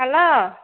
hello